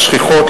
השכיחות,